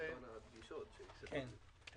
אני רוצה